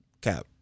Cap